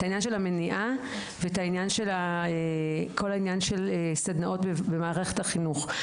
את העניין של המניעה ואת כל העניין של סדנאות במערכת החינוך.